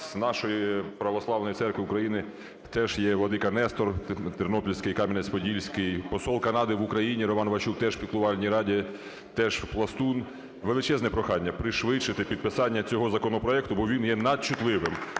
з нашої Православної Церкви України теж є владика Нестор Тернопільській і Кам'янець-Подільський, посол Канади в Україні Роман Ващук теж в піклувальній раді, теж пластун. Величезне прохання пришвидшити підписання цього законопроекту, бо він є надчутливим.